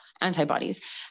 Antibodies